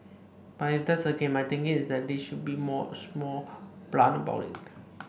but if that's the case my thinking is that they should be more much more blunt about it